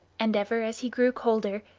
and ever as he grew colder,